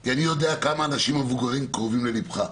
כי אני יודע כמה אנשים מבוגרים קרובים ללבך,